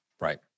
Right